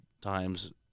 times